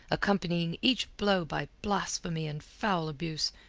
accompanying each blow by blasphemy and foul abuse,